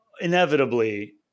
inevitably